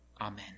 Amen